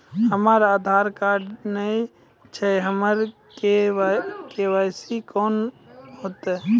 हमरा आधार कार्ड नई छै हमर के.वाई.सी कोना हैत?